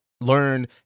learn